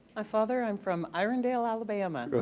ah father, i'm from irondale, alabama.